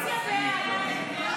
הסתייגות 10 לחלופין מה לא